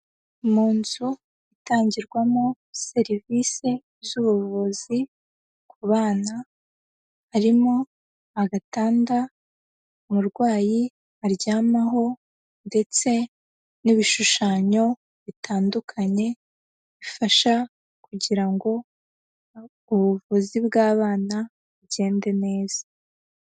Mu nzu itangirwamo serivisi z'ubuvuzi ku bana, harimo agatanda umurwayi aryamaho ndetse n'ibishushanyo bitandukanye, bifasha kugira ngo ubuvuzi bw'abana bugende neza.